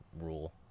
rule